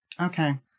Okay